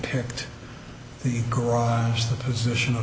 picked the garage the position